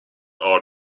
are